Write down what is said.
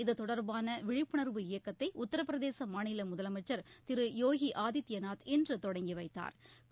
இது தொடர்பான விழிப்புணர்வு இயக்கத்தை உத்திரபிரதேச மாநில முதலமைச்சர் திரு யோகி ஆதித்யநாத் இன்று தொடங்கி வைத்தாா்